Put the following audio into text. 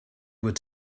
were